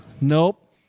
Nope